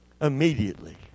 immediately